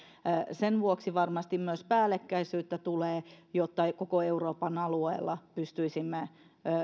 sen vuoksi varmasti tulee myös päällekkäisyyttä jotta koko euroopan alueella pystyisimme